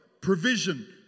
provision